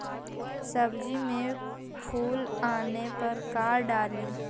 सब्जी मे फूल आने पर का डाली?